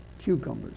cucumbers